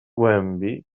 głębi